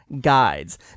Guides